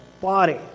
body